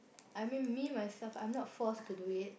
I mean me myself I'm not forced to do it